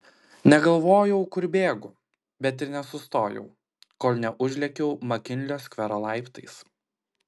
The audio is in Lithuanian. negalvojau kur bėgu bet ir nesustojau kol neužlėkiau makinlio skvero laiptais